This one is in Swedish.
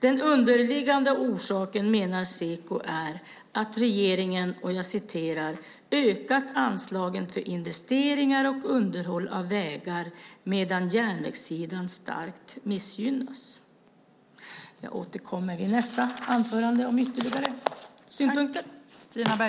Den underliggande orsaken, menar Seko, är att regeringen "ökat anslagen för investeringar och underhåll av vägar, medan järnvägssidan starkt missgynnats". Jag återkommer i nästa anförande med ytterligare synpunkter.